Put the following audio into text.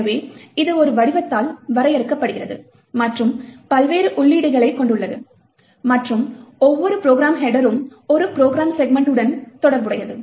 எனவே இது ஒரு வடிவத்தால் வரையறுக்கப்படுகிறது மற்றும் பல்வேறு உள்ளீடுகளைக் கொண்டுள்ளது மற்றும் ஒவ்வொரு ப்ரோக்ராம் ஹெட்டரும் ஒரு ப்ரோக்ராம் செக்மென்ட்டுடன் தொடர்புடையது